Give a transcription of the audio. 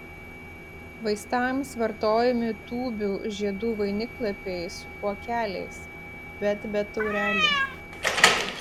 vaistams vartojami tūbių žiedų vainiklapiai su kuokeliais bet be taurelių